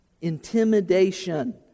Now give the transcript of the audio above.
Intimidation